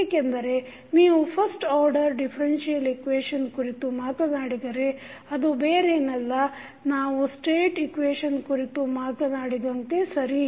ಏಕೆಂದರೆ ನೀವು first order differential equation ಕುರಿತು ಮಾತನಾಡಿದರೆ ಅದು ಬೇರೇನಲ್ಲ ನಾವು ಸ್ಟೇಟ್ ಇಕ್ವೇಶನ್ ಕುರಿತು ಮಾತನಾಡಿದಂತೆ ಸರಿ